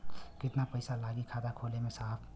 कितना पइसा लागि खाता खोले में साहब?